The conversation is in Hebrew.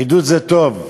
עידוד זה טוב,